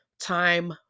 time